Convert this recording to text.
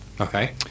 Okay